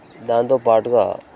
దాంతో పాటు